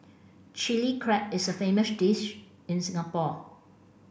Chilli Crab is a famous dish in Singapore